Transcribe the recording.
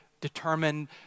determined